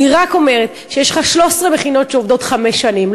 אני רק אומרת שיש לך 13 מכינות שעובדות חמש שנים,